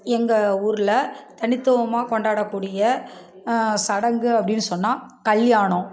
எங்கள் ஊர்ல தனித்துவமாக கொண்டாடக்கூடிய சடங்கு அப்படின் சொன்னால் கல்யாணம்